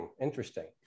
Interesting